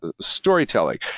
storytelling